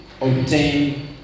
obtain